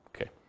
Okay